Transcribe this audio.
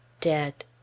DEAD